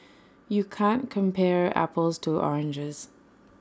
you can't compare apples to oranges